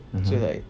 so like